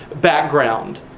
background